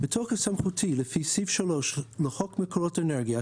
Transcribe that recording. בתוקף סמכותי לפי סעיף 3 לחוק מקורות אנרגיה,